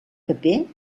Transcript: paper